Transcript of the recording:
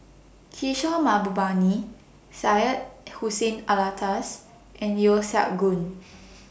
Kishore Mahbubani Syed Hussein Alatas and Yeo Siak Goon